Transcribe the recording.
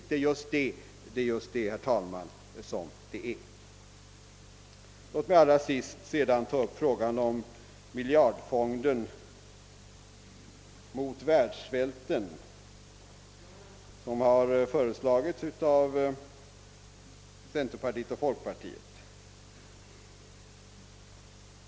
Men det är just vad det är, herr talman. -. Låt mig till sist ta upp frågan om upprättande av en miljardfond mot världssvälten, som har föreslagits av centerpartiet och folkpartiet.